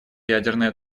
ядерное